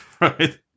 Right